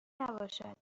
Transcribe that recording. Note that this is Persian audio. نباشد